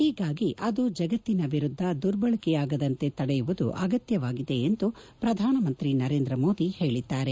ಹೀಗಾಗಿ ಅದು ಜಗತ್ತಿನ ವಿರುದ್ಧ ದುರ್ಬಳಕೆಯಾಗದಂತೆ ತಡೆಯುವುದು ಅಗತ್ಯವಾಗಿದೆ ಎಂದು ಪ್ರಧಾನಮಂತ್ರಿ ನರೇಂದ್ರ ಮೋದಿ ಹೇಳಿದ್ದಾರೆ